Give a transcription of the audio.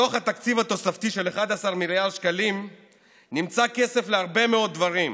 מתוך התקציב התוספתי של 11 מיליארד שקלים נמצא כסף להרבה מאוד דברים,